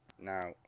Now